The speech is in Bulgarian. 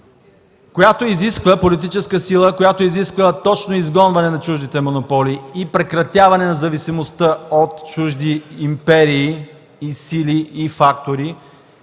няма в залата; политическа сила, която изисква точно изгонване на чуждите монополи и прекратяване на зависимостта от чужди империи, сили и фактори;